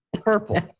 purple